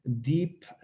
deep